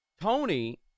Tony